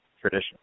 traditionally